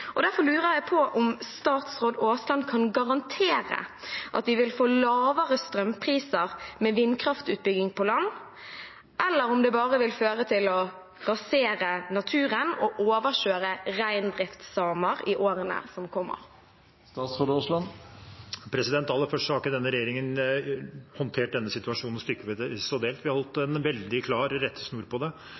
Derfor lurer jeg på om statsråd Aasland kan garantere at vi vil få lavere strømpriser med vindkraftutbygging på land, eller om det bare vil føre til å rasere naturen og overkjøre reindriftssamer i årene som kommer. Aller først: Denne regjeringen har ikke håndtert denne situasjonen stykkevis og delt. Vi har hatt en veldig klar rettesnor på det